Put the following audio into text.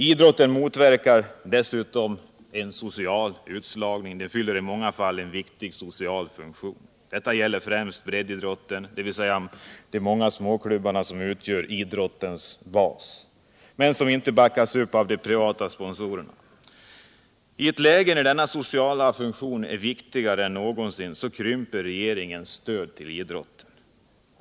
Idrotten motverkar dessutom social utslagning. I många fall fyller den en viktig social funktion. Detta gäller främst breddidrotten, dvs. de många småklubbarna som utgör idrottens bas men som inte stöds av de privata sponsorerna. I ett läge där denna sociala funktion är viktigare än någonsin krymper regeringens stöd till idrotten.